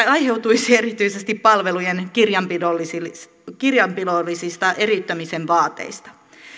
aiheutuisivat erityisesti palvelujen kirjanpidollisista kirjanpidollisista eriyttämisen vaateista